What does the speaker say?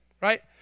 right